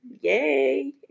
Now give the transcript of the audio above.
Yay